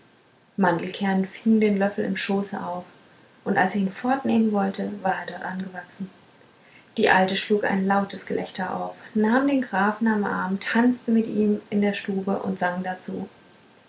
mandelkern fing den löffel im schoße auf und als er ihn fortnehmen wollte war er dort angewachsen die alte schlug ein lautes gelächter auf nahm den grafen am arm tanzte mit ihm in der stube und sang dazu